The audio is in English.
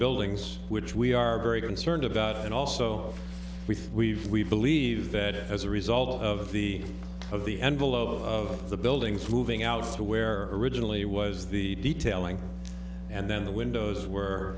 buildings which we are very concerned about and also we believe that as a result of the of the envelope of the buildings moving out through where originally was the detailing and then the windows were